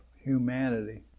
humanity